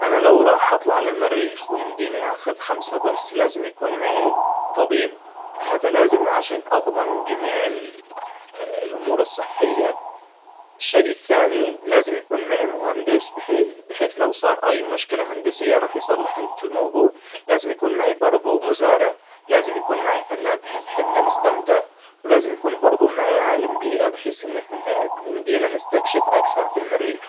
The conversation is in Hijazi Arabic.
أنا لو راح اطلع للمريخ ويمديني اخذ خمسة بس لازم يكون معي طبيب هذا لازم عشان اضمن جميع الأمور الصحية الشيء الثاني لازم يكون معي مهندس بحيث بحيث لو صار اي مشكلة هندسية راح يصلح في الموضوع لازم يكون معي برضو مزارع لازم يكون معي فنان بحيث حنا نستمتع ولازم يكون برضو معي عالم بيئة بحيث إن احنا يمدينا نستكشف اكثر في المريخ